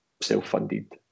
self-funded